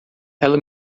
ela